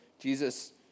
Jesus